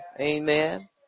Amen